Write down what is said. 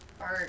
Art